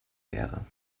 wäre